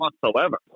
whatsoever